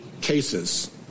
cases